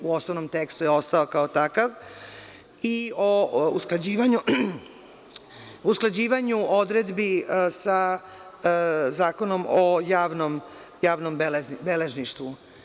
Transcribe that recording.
U osnovnom tekstu je ostao kao takav i o usklađivanju odredbi sa Zakonom o javnom beležništvu.